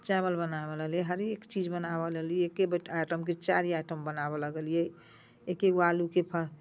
चावल बनाबय लगलियै हरेक चीज बनाबय लगलियै एके आइटमके चारि आइटम बनाबय लगलियै एके गो आलूके